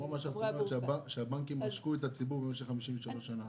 את אומרת שהבנקים עשקו את הציבור במשך 53 שנה.